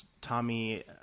Tommy